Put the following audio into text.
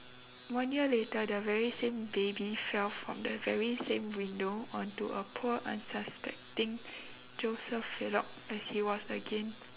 one year later the very same baby fell from the very same window onto a poor unsuspecting joseph filok as he was again